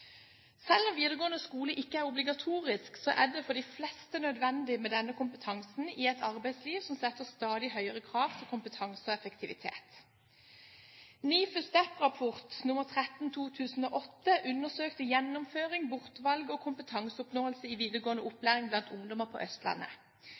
Selv om videregående skole ikke er obligatorisk, er det for de fleste nødvendig med denne kompetansen i et arbeidsliv som setter stadig høyere krav til kompetanse og effektivitet. NIFU STEPs rapport 13/2008 undersøkte gjennomføring, bortvalg og kompetanseoppnåelse i videregående